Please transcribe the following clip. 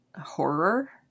horror